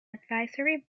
advisory